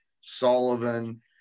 Sullivan